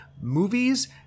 movies